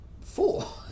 four